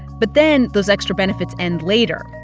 but then those extra benefits end later,